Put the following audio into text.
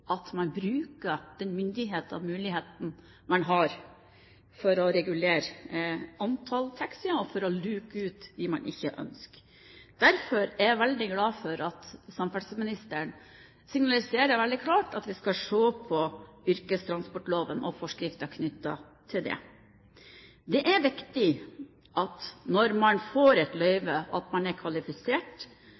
at man bruker den myndigheten og muligheten man har for å regulere antallet taxier og for å luke ut dem man ikke ønsker. Derfor er jeg veldig glad for at samferdselsministeren signaliserer veldig klart at vi skal se på yrkestransportloven og forskriftene knyttet til den. Det er viktig når man får et løyve, at man er kvalifisert